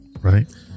right